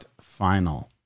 final